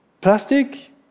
plastic